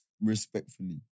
Respectfully